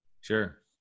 Sure